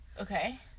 Okay